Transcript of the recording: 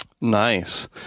Nice